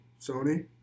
Sony